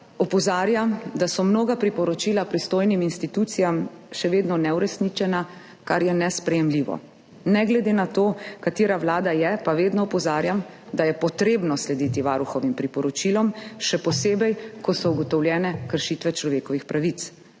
opozarja, da so mnoga priporočila pristojnim institucijam še vedno neuresničena, kar je nesprejemljivo. Ne glede na to, katera vlada je, pa vedno opozarjam, da je potrebno slediti Varuhovim priporočilom, še posebej, ko so ugotovljene kršitve človekovih pravic.